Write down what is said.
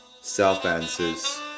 Self-answers